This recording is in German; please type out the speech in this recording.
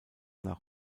nach